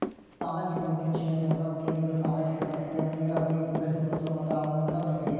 ಸಾಮಾಜಿಕ ಉದ್ಯಮಶೇಲತೆ ಅಂದ್ರ ಉದ್ಯಮಿಗಳು ಸಾಮಾಜಿಕ ಸಮಸ್ಯೆಗಳನ್ನ ನೇರವಾಗಿ ಅಭಿವೃದ್ಧಿಪಡಿಸೊ ಮತ್ತ ಹಣವನ್ನ ನೇಡೊ ಪ್ರಕ್ರಿಯೆ